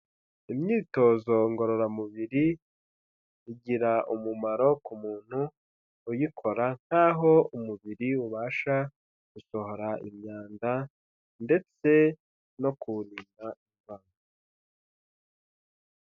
Imyitozo ngororamubiri igira umumaro ku muntu uyikora nkaho umubiri ubasha gusohora imyanda ndetse no kuwurinda indwara.